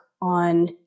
on